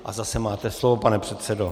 A zase máte slovo, pane předsedo.